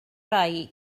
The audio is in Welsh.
rai